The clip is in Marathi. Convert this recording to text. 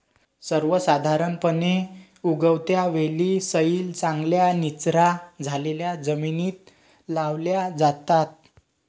सर्वसाधारणपणे, उगवत्या वेली सैल, चांगल्या निचरा झालेल्या जमिनीत लावल्या जातात